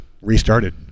restarted